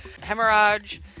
hemorrhage